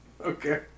Okay